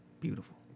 Beautiful